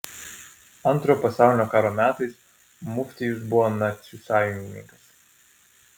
antrojo pasaulinio karo metais muftijus buvo nacių sąjungininkas